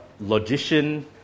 logician